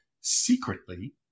secretly